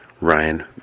Ryan